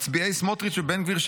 מצביעי סמוטריץ' ובן גביר,